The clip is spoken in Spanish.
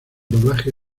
doblaje